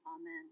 amen